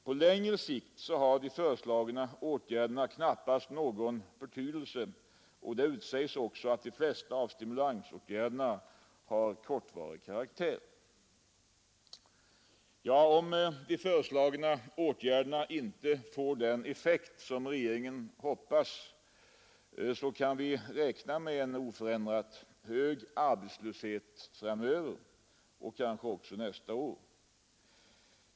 På längre sikt har de föreslagna åtgärderna knappast någon betydelse, och det utsägs också att de flesta av stimulansåtgärderna har kortvarig karaktär. Om de föreslagna åtgärderna inte får den effekt som regeringen hoppas, kan vi räkna med en oförändrat hög arbetslöshet framöver i år och kanske också nästa år.